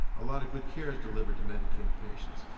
a lot of good care is delivered to medicaid patients.